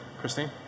Christine